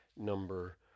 number